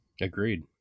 agreed